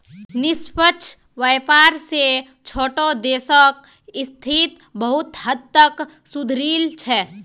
निष्पक्ष व्यापार स छोटो देशक स्थिति बहुत हद तक सुधरील छ